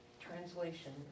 translation